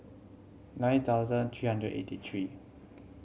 nine thousand three hundred eighty three